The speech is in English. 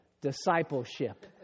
discipleship